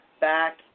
back